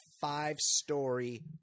five-story